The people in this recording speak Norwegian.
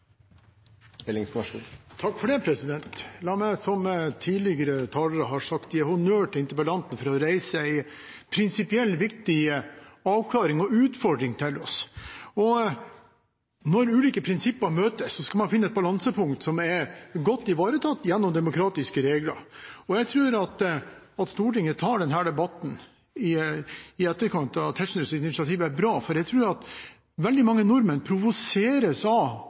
La meg, som tidligere talere, gi honnør til interpellanten for å reise spørsmålet om en prinsipielt viktig avklaring og utfordring til oss. Når ulike prinsipper møtes, skal man finne et balansepunkt som er godt ivaretatt gjennom demokratiske regler. Jeg tror at det at Stortinget tar denne debatten i etterkant av Tetzschners initiativ, er bra, for veldig mage nordmenn provoseres av